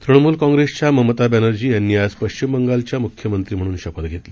तृणमूल काँग्रेसच्या ममता बर्म्र्जी यांनी आज पश्चिम बंगालच्या मुख्यमंत्री म्हणून शपथ घेतली